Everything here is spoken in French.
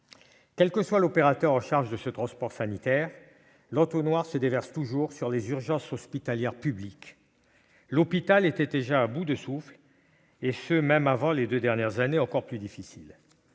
Quel que soit l'opérateur chargé de ce transport sanitaire, l'entonnoir se déverse toujours sur les urgences hospitalières publiques. L'hôpital était déjà à bout de souffle avant même les deux dernières années, qui ont été encore plus difficiles.